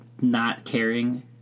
not-caring